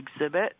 exhibit